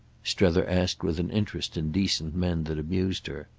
strether asked with an interest in decent men that amused her.